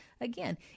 again